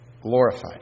glorified